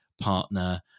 partner